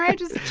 um just